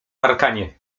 parkanie